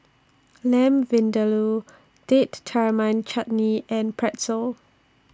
Lamb Vindaloo Date Tamarind Chutney and Pretzel